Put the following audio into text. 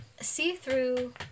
see-through